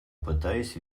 пытаясь